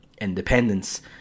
independence